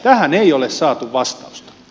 tähän ei ole saatu vastausta